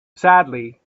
sadly